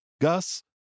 Gus